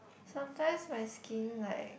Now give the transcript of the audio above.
sometimes my skin like